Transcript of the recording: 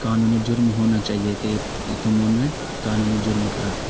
قانونی جرم ہونا چاہیے کہ یہ تو انہوں نے قانونی جرم کرا ہے